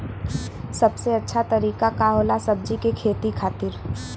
सबसे अच्छा तरीका का होला सब्जी के खेती खातिर?